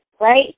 right